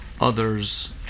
others